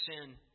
sin